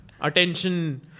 Attention